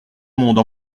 monde